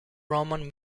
roman